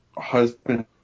Husband